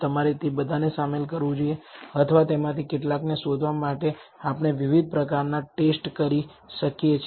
તમારે તે બધાને શામેલ કરવું જોઈએ અથવા તેમાંથી કેટલાકને શોધવા માટે આપણે વિવિધ પ્રકારનાં ટેસ્ટ કરી શકીએ છીએ